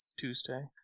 Tuesday